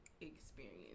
experience